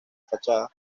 fachada